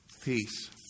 peace